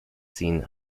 ziehen